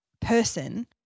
person